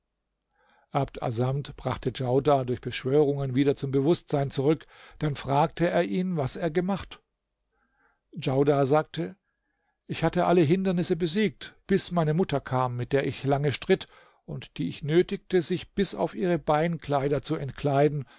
abd assamd brachte djaudar durch beschwörungen wieder zum bewußtsein zurück dann fragte er ihn was er gemacht djaudar sagte ich hatte alle hindernisse besiegt bis meine mutter kam mit der ich lange stritt und die ich nötigte sich bis auf ihre beinkleider zu entkleiden